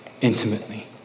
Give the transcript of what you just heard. intimately